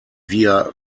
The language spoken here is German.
via